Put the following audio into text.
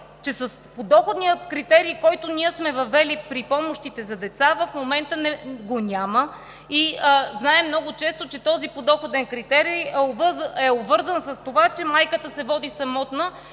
че подоходният критерий, който ние сме въвели при помощите за деца, в момента го няма и знаем, че много често този подоходен критерий е обвързан с това, че майката се води самотна